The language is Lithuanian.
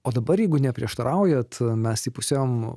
o dabar jeigu neprieštaraujat mes įpusėjom